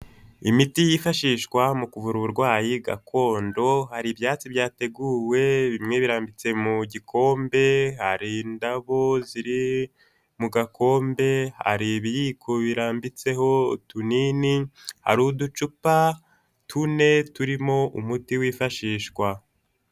Imiti yifashishwa mu kuvura uburwayi gakondo, hari ibyatsi byateguwe, bimwe birambitse mu gikombe, hari indabo ziri mu gakombe, hari ibiyiko birambitseho utunini, hari uducupa tune turimo umuti wifashishwa.